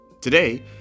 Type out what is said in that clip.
Today